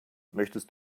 möchtest